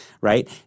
right